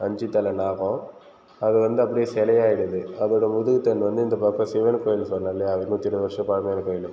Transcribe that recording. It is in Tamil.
அஞ்சு தலை நாகம் அது வந்து அப்படியே சிலை ஆகிடுது அதோட முதுகு தண்டு வந்து இந்த பக்கம் சிவன் கோவில் சொன்னே இல்லையா நூற்றி இருபது வருஷம் பழமையான கோவில்னு